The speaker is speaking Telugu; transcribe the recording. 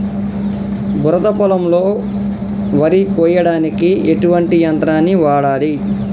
బురద పొలంలో వరి కొయ్యడానికి ఎటువంటి యంత్రాన్ని వాడాలి?